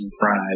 pride